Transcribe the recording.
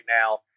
now